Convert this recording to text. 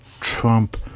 Trump